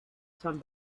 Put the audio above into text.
some